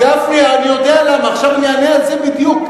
גפני, אני יודע למה, עכשיו אני אענה על זה בדיוק.